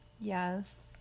Yes